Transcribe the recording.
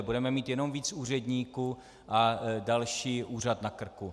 Budeme mít jenom mít víc úředníků a další úřad na krku.